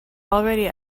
already